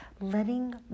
letting